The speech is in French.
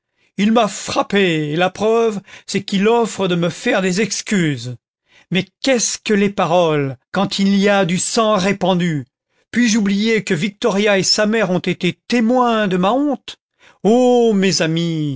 il m'a frappé et la preuve c'est qu'il offre de me faire des excuses mais qu'est-ce que les paroles quand il y a du sang répandu puis-je oublier que victoria et sa mère ont été iémoins de ma honte mes amis